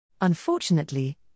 Unfortunately